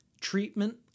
treatment